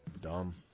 Dumb